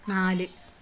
നാല്